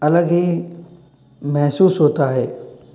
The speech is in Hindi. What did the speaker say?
अलग ही महसूस होता है